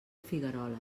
figueroles